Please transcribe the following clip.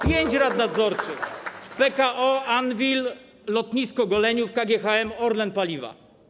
Pięć rad nadzorczych: Pekao, Anwil, lotnisko Goleniów, KGHM, Orlen Paliwa.